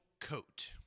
coat